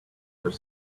their